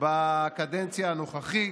בקדנציה הנוכחית,